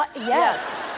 but yes.